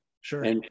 Sure